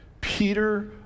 Peter